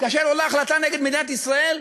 כאשר עולה החלטה נגד מדינת ישראל.